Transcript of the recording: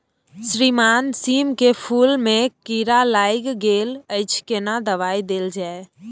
श्रीमान सीम के फूल में कीरा लाईग गेल अछि केना दवाई देल जाय?